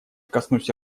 коснусь